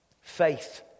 Faith